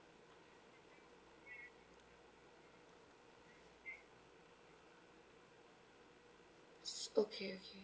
so okay